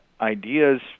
ideas